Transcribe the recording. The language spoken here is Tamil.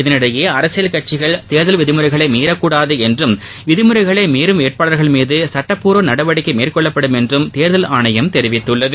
இதனினடயே அரசியல் கட்சிகள் தேர்தல் விதிமுறைகளை மீறக்கூடாது என்றும் விதிமுறைகளை மீறும் வேட்பாளர்கள் மீது சுட்டப்பூர்வ நடவடிக்கை மேற்கொள்ளப்படும் என்றும் தேர்தல் ஆணையம் தெரிவித்துள்ளது